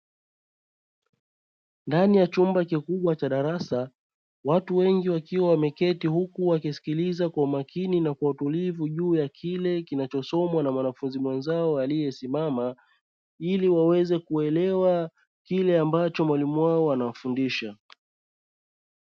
Ndani ya chumba kikubwa cha darasa, watu wengi wakiwa wameketi, huku wakisikiliza kwa makini na kwa utulivu juu ya kile kinachosomwa na mwanafunzi mwenzao aliyesimama ili waweze kuelewa kile ambacho mwalimu wao anawafundisha.